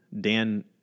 Dan